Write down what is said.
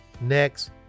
next